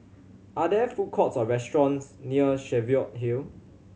are there food courts or restaurants near Cheviot Hill